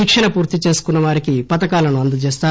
శిక్షణ పూర్తి చేసుకున్న వారికి పథకాలను అందజేస్తారు